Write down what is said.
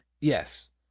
Yes